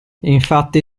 infatti